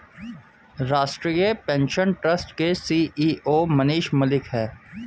राष्ट्रीय pension trust के CEO Manish Malik है